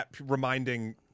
reminding